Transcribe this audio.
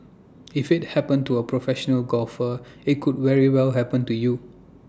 if IT happened to A professional golfer IT could very well happen to you